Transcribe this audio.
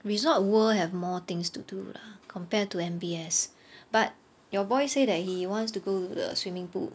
Resorts World have more things to do lah compared to M_B_S but your boy say that he wants to go to the swimming pool